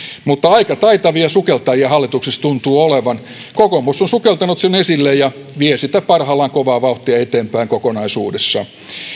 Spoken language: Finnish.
mutta aika taitavia sukeltajia hallituksessa tuntuu olevan kokoomus on sukeltanut sen esille ja vie sitä parhaillaan kovaa vauhtia eteenpäin kokonaisuudessaan